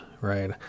right